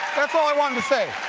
that's all i wanted to say.